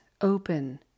open